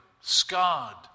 scarred